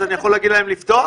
אז אני יכול להגיד להם לפתוח?